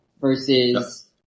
versus